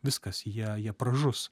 viskas jie jie pražus